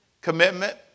Commitment